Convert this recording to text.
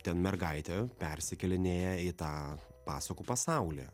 ten mergaitė persikėlinėja į tą pasakų pasaulį